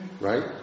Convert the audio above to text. Right